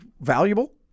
valuable